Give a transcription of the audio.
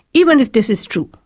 even if this is true,